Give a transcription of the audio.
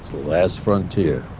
last frontier.